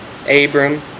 Abram